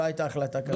לא הייתה החלטה כזאת.